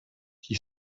qui